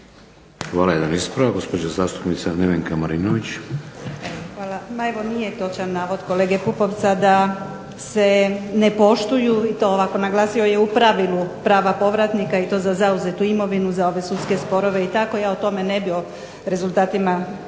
Hvala. Jedan ispravak, gospođa zastupnica Nevenka Marinović. **Marinović, Nevenka (HDZ)** Hvala. Ma evo nije točan navod kolege Pupovca da se ne poštuju, i to ovako naglasio je u pravilu prava povratnika i to za zauzetu imovinu za ove sudske sporove, i tako. Ja o tome ne bih, o rezultatima